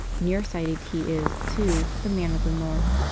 near-sighted he is, too, the man of the north,